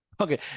Okay